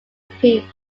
peak